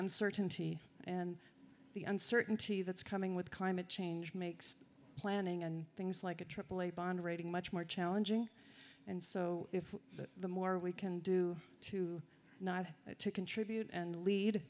uncertainty and the uncertainty that's coming with climate change makes planning and things like a aaa bond rating much more challenging and so if the more we can do to not to contribute and lead